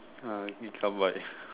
uh become white